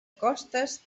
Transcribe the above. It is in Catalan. costes